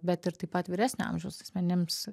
bet ir taip pat vyresnio amžiaus asmenims